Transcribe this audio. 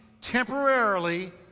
temporarily